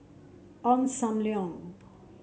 Ong Sam Leong